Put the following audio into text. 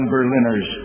Berliners